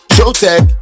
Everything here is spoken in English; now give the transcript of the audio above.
Showtech